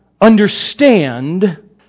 understand